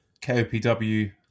KOPW